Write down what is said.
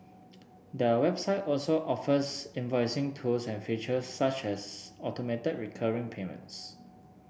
the website also offers invoicing tools and features such as automated recurring payments